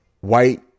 white